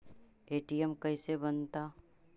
ATM कैसे बनता?